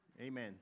Amen